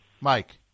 Mike